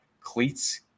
Cleats